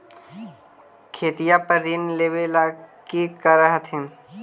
खेतिया पर ऋण लेबे ला की कर हखिन?